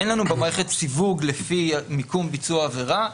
אין לנו במערכת סיווג לפי מיקום ביצוע העבירה.